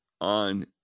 on